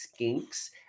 skinks